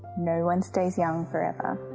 no one stays young forever.